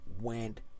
went